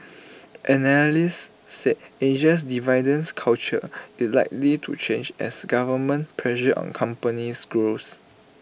analysts said Asia's dividends culture is likely to change as government pressure on companies grows